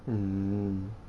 mm